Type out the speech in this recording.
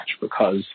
because-